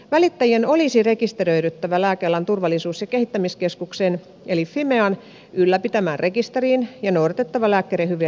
välittäjien olisi rekisteröidyttävä lääkealan turvallisuus ja kehittämiskeskuksen eli fimean ylläpitämään rekisteriin ja noudatettava lääkkeiden hyviä jakelutapoja